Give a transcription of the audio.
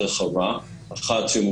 זו לא תמונה אידיאלית.